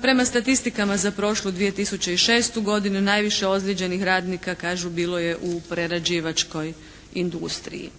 prema statistikama za prošlu 2006. godinu najviše ozlijeđenih radnika kažu bilo je u prerađivačkoj industriji.